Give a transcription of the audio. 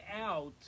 out